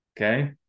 okay